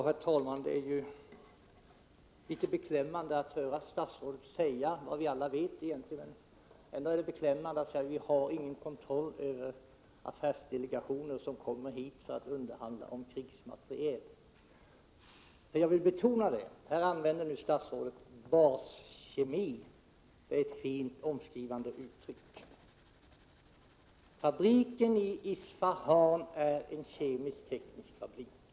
Herr talman! Det är litet beklämmande att höra statsrådet säga vad vi alla vet, nämligen att regeringen inte har någon kontroll över affärsdelegationer som kommer hit för att underhandla om krigsmateriel. Statsrådet använder ordet baskemi. Det är ett fint omskrivande uttryck. Fabriken i Isfahan är en kemisk-teknisk fabrik.